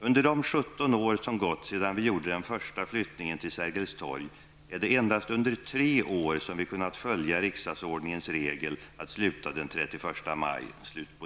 Under de 17 år som gått sedan vi gjorde den första flyttningen till Sergels torg är det endast under tre år som vi kunnat följa riksdagsordningens regel att sluta den 31 maj.''